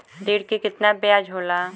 ऋण के कितना ब्याज होला?